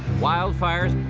wild fires,